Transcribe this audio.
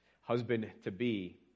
husband-to-be